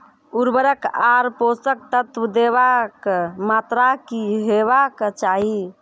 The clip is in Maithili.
उर्वरक आर पोसक तत्व देवाक मात्राकी हेवाक चाही?